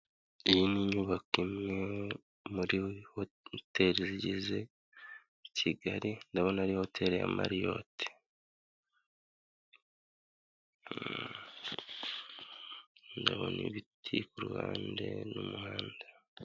Iyi ni inyubako imwe muri hoteri zigize Kigali, ndabona ari hoteri ya Mariyote, ndabona ibiti ku ruhande n'umuhanda.